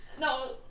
no